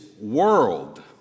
world